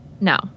No